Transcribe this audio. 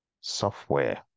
software